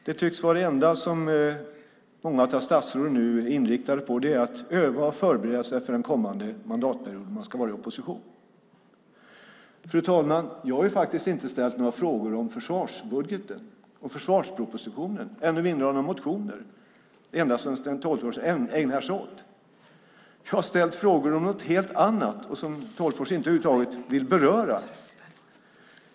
Det enda som många av statsråden tycks vara inriktade på är att öva och förbereda sig för den kommande mandatperioden, då man ska vara i opposition. Fru talman! Jag har inte ställt några frågor om försvarsbudgeten och försvarspropositionen, ännu mindre om några motioner, det enda Sten Tolgfors ägnar sig åt. Jag har ställt frågor om någonting helt annat som Sten Tolgfors över huvud taget inte vill beröra.